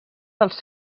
dels